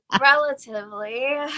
relatively